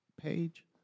page